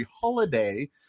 holiday